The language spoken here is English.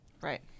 Right